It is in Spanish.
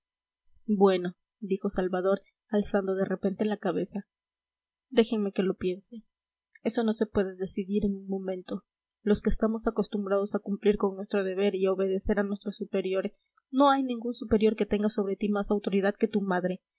bueno dijo salvador alzando de repente la cabeza déjenme que lo piense eso no se puede decidir en un momento los que estamos acostumbrados a cumplir con nuestro deber y a obedecer a nuestros superiores no hay ningún superior que tenga sobre ti más autoridad que tu madre